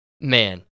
man